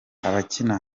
abakina